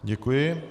Děkuji.